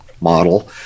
model